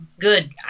Good